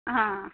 ಹಾಂ